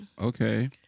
Okay